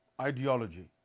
ideology